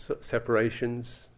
separations